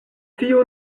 tio